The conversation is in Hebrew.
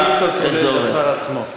השר עצמו.